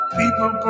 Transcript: people